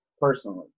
personally